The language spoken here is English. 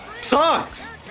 sucks